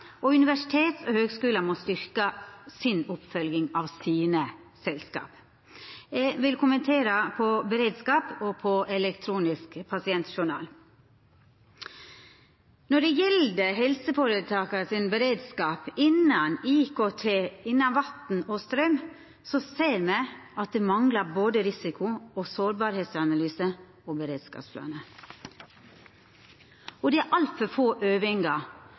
Universitet og høgskular må styrka si oppfølging av sine selskap. Eg vil kommentera det som gjeld beredskap og elektronisk pasientjournal: Når det gjeld helseføretaka sin beredskap innan IKT, vatn og straum, ser me at det manglar både risiko- og sårbarheitsanalysar og beredskapsplanar, og det er altfor få øvingar.